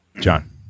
John